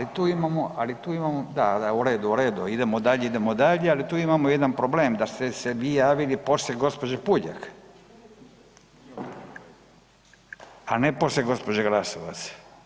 Da, ali tu imamo, ali tu imamo, da, da u redu, u redu idemo dalje, idemo dalje, ali tu imamo jedan problem da ste se vi javili poslije gospođe Puljak, a ne poslije gospođe Glasovac.